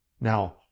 Now